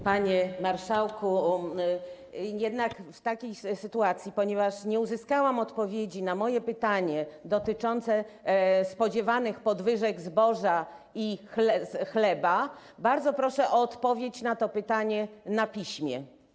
Panie marszałku, jednak w tej sytuacji, ponieważ nie uzyskałam odpowiedzi na moje pytanie dotyczące spodziewanych podwyżek cen zboża i chleba, bardzo proszę o odpowiedź na to pytanie na piśmie.